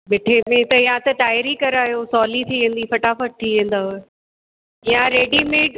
मिठे में त या त ताइरी करायो सवली थी वेंदी फ़टाफ़ट थी वेंदव या रेडीमेड